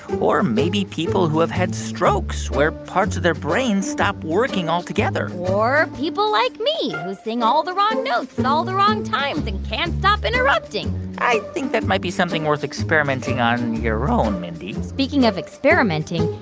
or maybe people who have had strokes, where parts of their brains stop working altogether or people like me who sing all the wrong notes at and all the wrong times and can't stop interrupting i think that might be something worth experimenting on your own, mindy speaking of experimenting,